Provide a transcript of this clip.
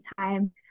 time